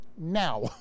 now